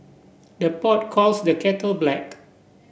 the pot calls the kettle black